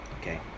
Okay